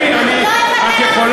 זו המולדת שלי,